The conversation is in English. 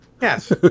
Yes